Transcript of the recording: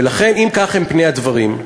ולכן, אם כך הם פני הדברים,